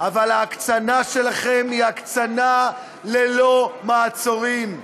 אבל ההקצנה שלכם היא הקצנה ללא מעצורים.